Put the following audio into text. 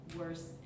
worse